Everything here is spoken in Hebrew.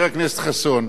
חבר הכנסת חסון,